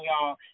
y'all